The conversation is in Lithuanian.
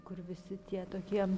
kur visi tie tokie